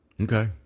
Okay